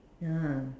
ya